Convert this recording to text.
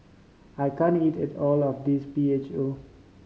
I can't eat it all of this P H O